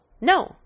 No